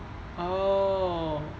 oh